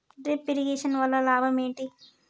Drip irrigation వల్ల లాభం ఏంటి?